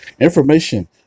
information